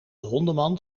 hondenmand